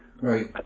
Right